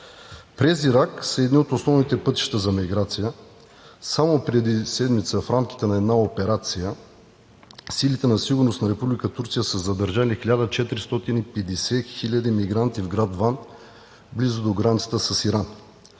През Ирак са едни от основните пътища за миграция. Само преди седмица в рамките на една операция силите на сигурност на Република Турция са задържали 1450 хиляди мигранти в град Ван, близо до границата с Иран.